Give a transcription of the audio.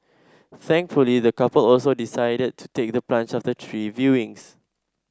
thankfully the couple also decided to take the plunge after three viewings